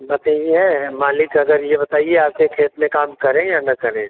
बताएं मालिक अगर ये बताइए आपके खेत में काम करें या न करें